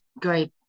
Great